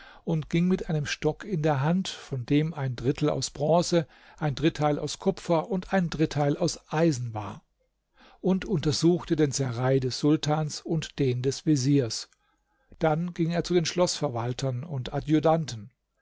und ging mit einem stock in der hand von dem ein dritteil aus bronze ein dritteil aus kupfer und ein dritteil aus eisen war und untersuchte den serail des sultans und den des veziers dann ging er zu den schloßverwaltern und adjutanten